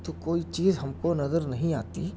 تو کوئی چیز ہم کو نظر نہیں آتی